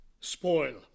spoil